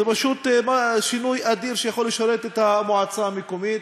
זה פשוט שינוי אדיר שיכול לשרת את המועצה המקומית,